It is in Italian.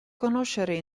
conoscere